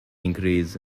increase